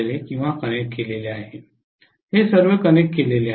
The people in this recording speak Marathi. हे सर्व कनेक्ट केलेले आहे